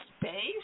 space